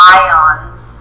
ions